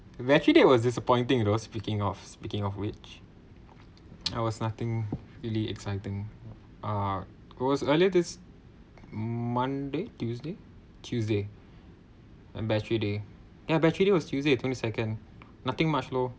eventually there's was a disappointing you know speaking of speaking of which I was nothing really exciting ah it was earlier this monday tuesday tuesday and battery day ya battery day was tuesday twenty second nothing much loh